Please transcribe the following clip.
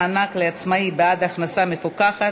מענק לעצמאי בעד הכנסה מפוקחת),